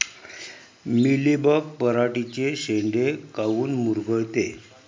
Mealybug पराटीचे चे शेंडे काऊन मुरगळते?